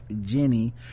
jenny